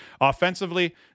Offensively